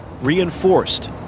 reinforced